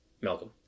malcolm